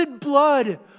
blood